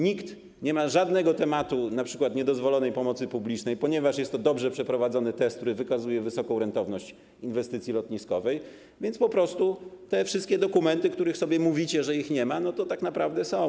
Nikt nie ma żadnego tematu dotyczącego np. niedozwolonej pomocy publicznej, ponieważ jest to dobrze przeprowadzony test, który wykazuje wysoką rentowność inwestycji lotniskowej, więc po prostu te wszystkie dokumenty, o których mówicie, że ich nie ma, to tak naprawdę są.